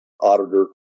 auditor